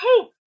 hey